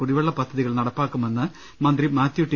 കുടിവെള്ള പദ്ധതികൾ നടപ്പാക്കുമെന്ന് മന്ത്രി മാത്യു ടി